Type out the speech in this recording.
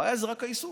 הבעיה היא רק היישום.